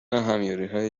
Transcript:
همیاریهای